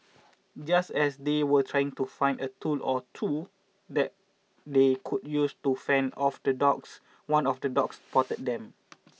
just as they were trying to find a tool or two that they could use to fend off the dogs one of the dogs spotted them